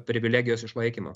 privilegijos išlaikymo